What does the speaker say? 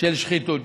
של שחיתות.